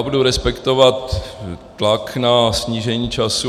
Budu respektovat tlak na snížení času.